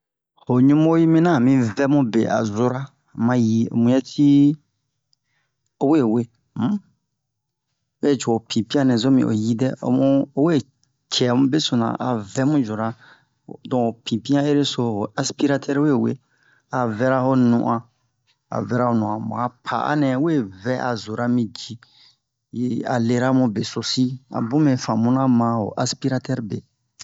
Ho ɲubo yi mina a mi vɛmu be a zora ma yi o muyɛsi owe we um me co ho pipian nɛ zo mi o yi dɛ o mu owe cɛ mu be sona a vɛ mu zora don ho pipian ere so ho aspiratɛr we we a vɛra ho no'ona a vɛra ho no'ona mu mu'a pa'a nɛ we vɛ a zora mi ji yi a lera mu besosi a bun me famuna ma ho aspiratɛr be